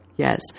Yes